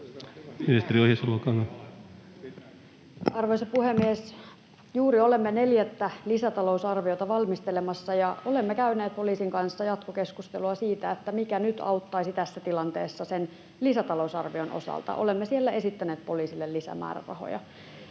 Arvoisa puhemies! Juuri olemme neljättä lisätalousarviota valmistelemassa, ja olemme käyneet poliisin kanssa jatkokeskustelua siitä, mikä nyt auttaisi tässä tilanteessa sen lisätalousarvion osalta. Olemme siellä esittäneet poliisille lisämäärärahoja,